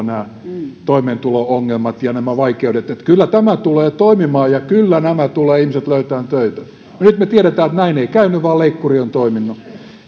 nämä toimeentulo ongelmat ja nämä vaikeudet ovat opposition pelottelua että kyllä tämä tulee toimimaan ja kyllä nämä ihmiset tulevat löytämään töitä nyt me tiedämme että näin ei käynyt vaan leikkuri on toiminut